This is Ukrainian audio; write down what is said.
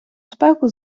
спеку